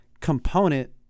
component